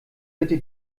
bitte